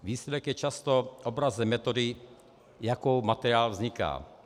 Výsledek je často obrazem metody, jakou materiál vzniká.